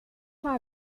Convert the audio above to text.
mal